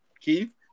Keith